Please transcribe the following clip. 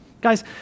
Guys